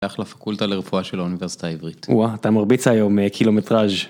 הלך לפקולטה לרפואה של האוניברסיטה העברית. אואה, אתה מרביץ היום, קילומטראז'.